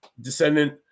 descendant